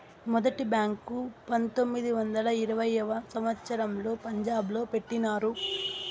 మొదటి బ్యాంకు పంతొమ్మిది వందల ఇరవైయవ సంవచ్చరంలో పంజాబ్ లో పెట్టినారు